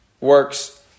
works